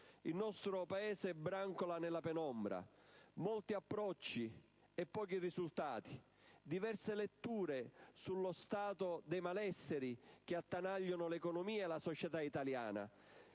Il nostro Paese brancola nella penombra: molti approcci e pochi risultati. Vi sono diverse letture sullo stato dei malesseri che attanagliano l'economia e la società italiana;